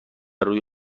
روی